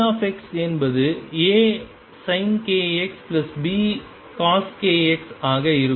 ψ என்பது AsinkxBcoskx ஆக இருக்கும்